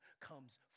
comes